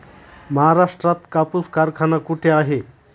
महाराष्ट्रात कापूस कारखाना कुठे आहे?